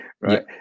right